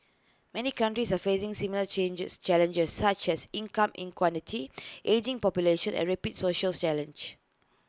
many countries are facing similar changes challenges such as income inequality ageing population and rapid social challenge